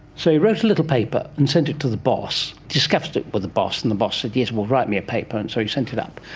so he wrote a little paper and sent it to the boss, discussed it with but the boss and the boss said yes, write me a paper, and so he sent it up,